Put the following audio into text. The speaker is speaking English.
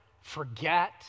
forget